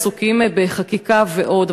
עסוקים בחקיקה ועוד,